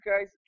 guys